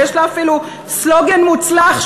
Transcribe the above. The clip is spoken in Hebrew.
ויש לה אפילו סלוגן מוצלח,